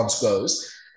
goes